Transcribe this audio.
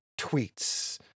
tweets